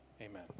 Amen